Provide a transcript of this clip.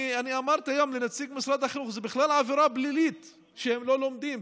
אמרתי היום לנציג משרד החינוך שזו בכלל עבירה פלילית שהם לא לומדים,